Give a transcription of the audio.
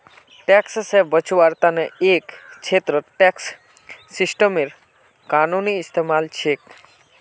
tax से बचवार तने एक छेत्रत टैक्स सिस्टमेर कानूनी इस्तेमाल छिके